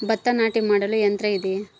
ಭತ್ತ ನಾಟಿ ಮಾಡಲು ಯಂತ್ರ ಇದೆಯೇ?